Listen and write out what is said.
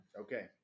Okay